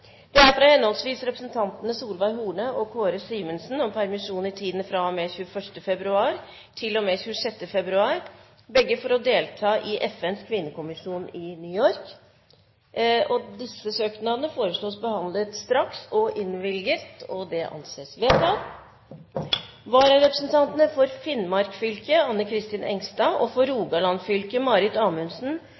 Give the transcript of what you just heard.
fra henholdsvis representantene Solveig Horne og Kåre Simensen om permisjon i tiden fra og med 21. februar til og med 26. februar, begge for å delta i FNs kvinnekommisjon i New York. Etter forslag fra presidenten ble enstemmig besluttet: Søknadene behandles straks og innvilges. Vararepresentantene for Finnmark fylke Ann-Kristin Engstad og for Rogaland fylke Marit Amundsen,